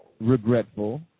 regretful